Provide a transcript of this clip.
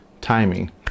timing